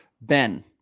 Ben